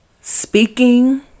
speaking